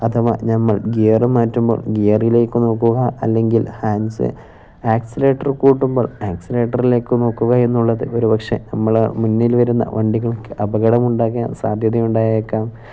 അഥവാ നമ്മൾ ഗിയര് മാറ്റുമ്പോൾ ഗിയറിലേക്കു നോക്കുക അല്ലെങ്കിൽ ഹാൻഡ്സ് ആക്സിലേറ്റർ കൂട്ടുമ്പോൾ ആക്സിലേറ്ററിലേക്കു നോക്കുക എന്നുള്ളത് ഒരുപക്ഷെ നമ്മള മുന്നിൽ വരുന്ന വണ്ടികൾക്ക് അപകടം ഉണ്ടാക്കാൻ സാധ്യത ഉണ്ടായേക്കാം